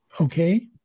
Okay